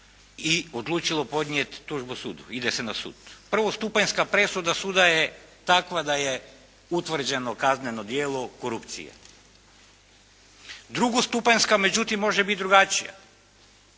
i odlučio podnijet tužbu sudu. Ide se na sud. Prvostupanjska presuda suda je takva da je utvrđeno kazneno djelo korupcije. Drugostupanjska međutim može biti drugačija.